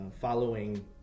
following